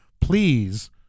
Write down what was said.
please